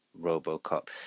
Robocop